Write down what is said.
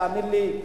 תאמין לי,